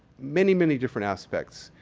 many, many different aspects.